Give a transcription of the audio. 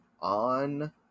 on